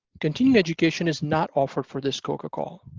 continuing education is not offered for this coca call.